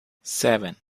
seven